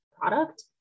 product